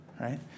right